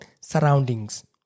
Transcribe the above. surroundings